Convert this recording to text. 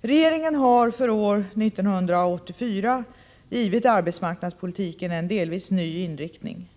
Regeringen har för år 1984 givit arbetsmarknadspolitiken en delvis ny inriktning.